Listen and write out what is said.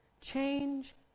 Change